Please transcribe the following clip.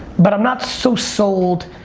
but i'm not so sold,